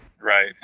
Right